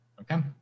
Okay